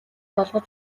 болгож